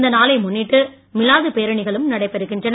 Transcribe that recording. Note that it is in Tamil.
இந்த நாளை முன்னிட்டு மிலாது பேரணிகளும் நடத்தப்படுகின்றன